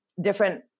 different